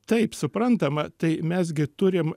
taip suprantama tai mes gi turim